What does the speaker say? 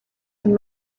and